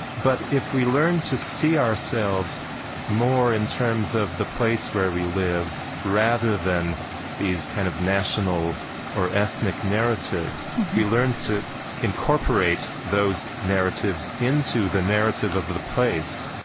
but if we learn to see ourselves more in terms of the place where we live rather than these kind of national or ethnic narratives, if we learn to incorporate those narratives into the narrative of of the place,